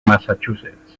massachusetts